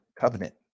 covenant